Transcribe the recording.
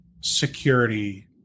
security